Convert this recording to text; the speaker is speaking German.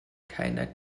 keiner